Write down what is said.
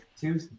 two